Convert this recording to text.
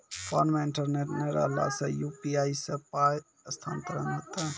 Phone मे internet नै रहला सॅ, यु.पी.आई सॅ पाय स्थानांतरण हेतै?